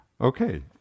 Okay